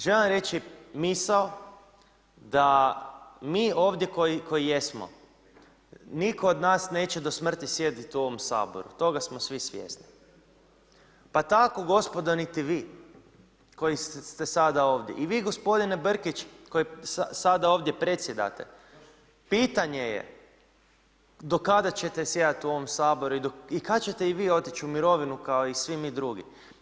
Želim reći misao da mi ovdje koji jesmo, nitko od nas do smrti sjediti u ovom Saboru, toga smo svi svjesni, pa tako gospodo, niti vi, koji ste sada ovdje, i vi gospodine Brkić koji sada ovdje predsjedate, pitanje je do kada ćete zasjedati u ovom Saboru i kada ćete i vi otići u mirovinu, kao i svi mi drugi.